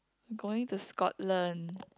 going to Scotland